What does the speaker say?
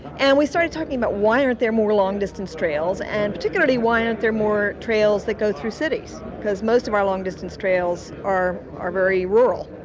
and we started talking about why aren't there more long distance trails and particularly why aren't there more trails that go through cities, because most of our long distance trails are, are very rural.